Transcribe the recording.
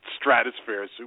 Stratosphere